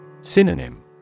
Synonym